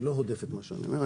אני לא הודף את מה שאתה אומר.